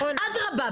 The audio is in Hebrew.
אדרבא,